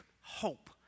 hope